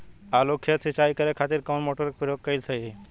आलू के खेत सिंचाई करे के खातिर कौन मोटर के प्रयोग कएल सही होई?